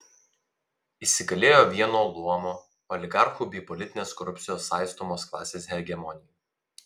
įsigalėjo vieno luomo oligarchų bei politinės korupcijos saistomos klasės hegemonija